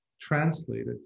translated